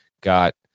got